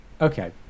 okay